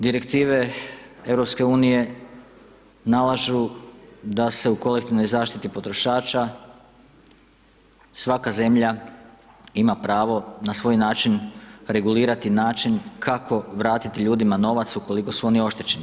Direktive EU nalažu da se u kolektivnoj zaštiti potrošača svaka zemlja ima pravo na svoj način regulirati način kako vratiti ljudima novac ukoliko su oni oštećeni.